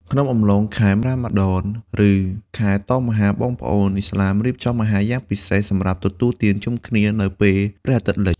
ក្នុងអំឡុងខែរ៉ាម៉ាឌន ឬ ខែតមអាហារ បងប្អូនឥស្លាមរៀបចំអាហារយ៉ាងពិសេសសម្រាប់ទទួលទានជុំគ្នានៅពេលព្រះអាទិត្យលិច។